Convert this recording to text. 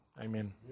Amen